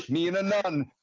me and a nun.